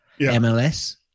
MLS